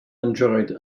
enjoyed